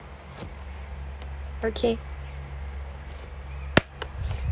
okay